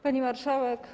Pani Marszałek!